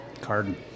Carden